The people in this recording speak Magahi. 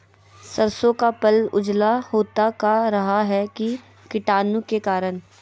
सरसो का पल उजला होता का रहा है की कीटाणु के करण?